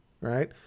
right